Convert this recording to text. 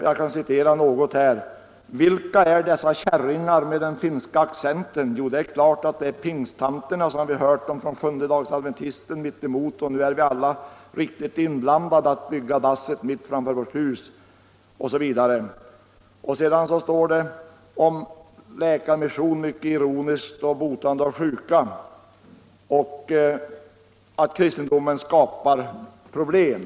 Jag kan citera något: ”—-—--— vilka är dessa kärringar med den finska accenten jo det är klart det är pingsttanterna som vi hört om från sjundedagsadventisten mittemot och nu är vi allt riktigt inblandade och att bygga dasset mitt framför Sedan talar författaren mycket ironiskt om läkarmission och botande Nr 60 av sjuka och förklarar att kristendomen skapar problem.